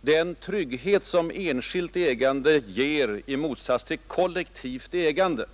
den trygghet som enskilt ägande ger i motsats till kollektivt ägande.